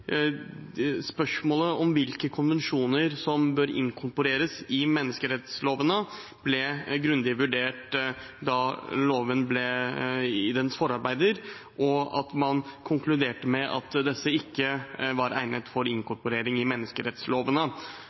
spørsmålet om hvilke konvensjoner som bør inkorporeres i menneskerettsloven, ble grundig vurdert i lovens forarbeider, og at man konkluderte med at disse konvensjonene ikke var egnet for inkorporering i menneskerettsloven.